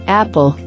apple